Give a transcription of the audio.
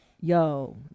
Yo